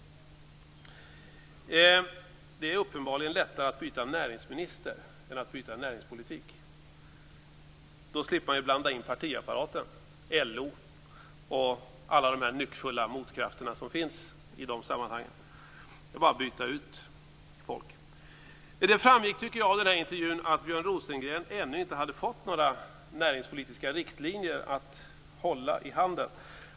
Det är uppenbarligen lättare att byta näringsminister än att byta näringspolitik. Då slipper man blanda in partiapparaten och LO och alla de nyckfulla motkrafterna som finns i de sammanhangen. Det är bara att byta ut folk. Det framgick, tycker jag, av intervjun att Björn Rosengren ännu inte hade fått några näringspolitiska riktlinjer att hålla i handen.